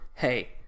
hey